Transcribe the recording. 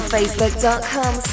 Facebook.com